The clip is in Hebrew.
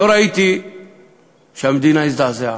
לא ראיתי שהמדינה הזדעזעה,